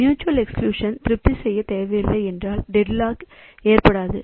mutual exclusion திருப்தி செய்ய தேவையில்லை என்றால் டெட்லாக் ஏற்படாது